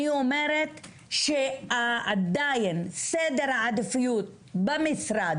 אני אומר שעדיין סדר העדיפויות במשרד